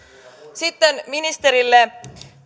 sitten ministerille